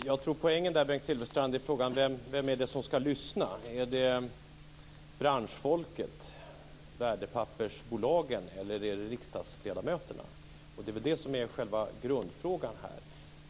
Fru talman! Jag tror att poängen är frågan om vem som skall lyssna, Bengt Silfverstrand. Är det branschfolket och värdepappersbolagen, eller är det riksdagsledamöterna? Det är väl det som är själva grundfrågan här.